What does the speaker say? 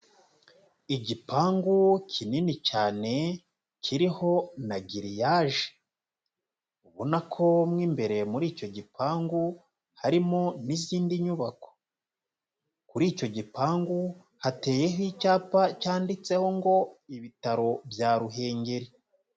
Igipangu kinini cyane kiriho na giriyaje, ubona ko mo imbere muri icyo gipangu harimo n'izindi nyubako, kuri icyo gipangu hateyeho icyapa cyanditseho ngo bitaro bya Ruhengeri.